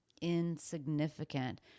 insignificant